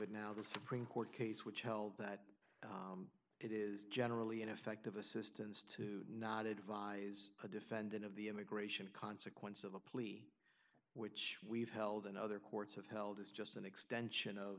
it now the supreme court case which held that it is generally ineffective assistance to not advise the defendant of the immigration consequence of a plea which we've held in other courts have held it's just an extension of